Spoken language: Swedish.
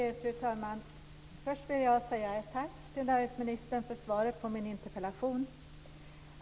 Fru talman! Först vill jag rikta ett tack till näringsministern för svaret på min interpellation.